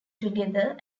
together